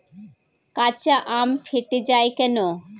কাঁচা আম ফেটে য়ায় কেন?